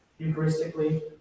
eucharistically